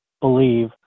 believe